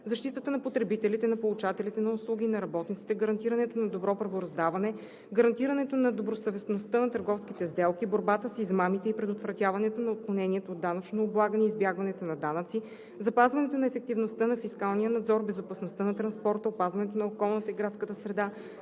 защитата на потребителите, на получателите на услуги и на работниците, гарантирането на добро правораздаване, гарантирането на добросъвестността на търговските сделки, борбата с измамите и предотвратяването на отклонението от данъчно облагане и избягването на данъци, запазването на ефективността на фискалния надзор, безопасността на транспорта, опазването на околната и градската среда,